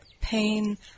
pain